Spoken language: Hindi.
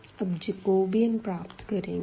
अब जैकोबीयन प्राप्त करेंगे